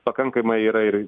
pakankamai yra ir